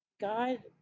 God